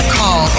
call